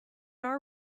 our